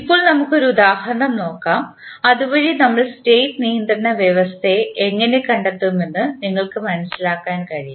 ഇപ്പോൾ നമുക്ക് ഒരു ഉദാഹരണം നോക്കാം അതുവഴി നമ്മൾ സ്റ്റേറ്റ് നിയന്ത്രണ വ്യവസ്ഥ എങ്ങനെ കണ്ടെത്തുമെന്ന് നിങ്ങൾക്ക് മനസിലാക്കാൻ കഴിയും